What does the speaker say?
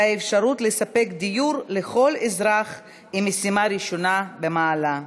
והאפשרות לספק דיור לכל אזרח היא משימה ראשונה במעלה.